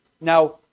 Now